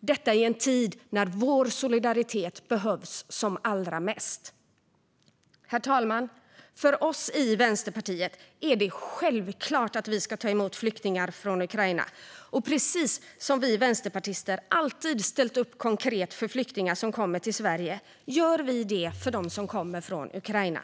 Detta i en tid när vår solidaritet behövs som allra mest. Herr talman! För oss i Vänsterpartiet är det självklart att vi ska ta emot flyktingar från Ukraina, och precis som vi vänsterpartister alltid ställt upp konkret för flyktingar som kommer till Sverige gör vi det för dem som kommer från Ukraina.